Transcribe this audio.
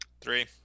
Three